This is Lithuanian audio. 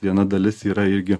viena dalis yra irgi